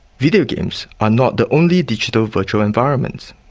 videogames are not the only digital virtual environments.